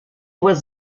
was